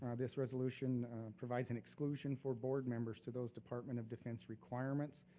um this resolution provides an exclusion for board members to those department of defense requirements,